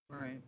right